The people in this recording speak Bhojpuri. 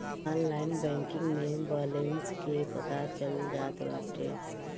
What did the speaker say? ऑनलाइन बैंकिंग में बलेंस के पता चल जात बाटे